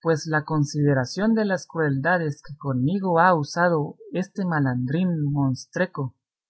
pues la consideración de las crueldades que conmigo ha usado este malandrín